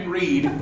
read